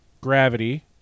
Gravity